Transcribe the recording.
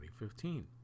2015